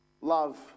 love